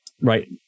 right